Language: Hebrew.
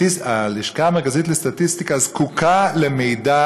הלשכה המרכזית לסטטיסטיקה זקוקה למידע